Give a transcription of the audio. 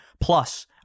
Plus